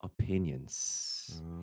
opinions